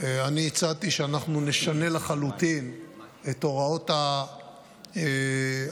אני הצעתי שנשנה לחלוטין את הוראות החוק